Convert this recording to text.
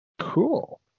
Cool